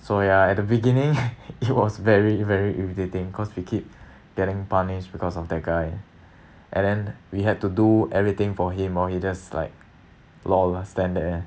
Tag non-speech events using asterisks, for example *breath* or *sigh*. so ya at the beginning *laughs* it was very very irritating cause we keep *breath* getting punished because of that guy *breath* and then we had to do everything for him or he just like lol stand there *breath*